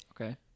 Okay